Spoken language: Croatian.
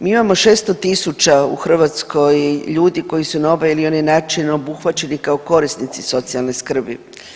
Mi imamo 600 tisuća u Hrvatskoj ljudi koji su na ovaj ili onaj način obuhvaćeni kao korisnici socijalne skrbi.